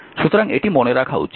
সুতরাং এটি মনে রাখা উচিত